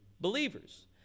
Believers